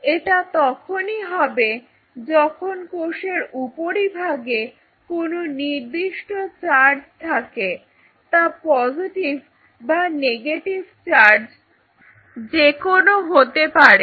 এটা তখনই হবে যখন কোষের উপরিভাগে কোন নির্দিষ্ট চার্জ থাকে তা পজেটিভ বা নেগেটিভ চার্জ যেকোনো হতে পারে